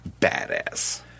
badass